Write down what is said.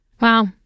Wow